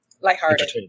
lighthearted